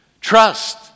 trust